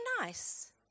nice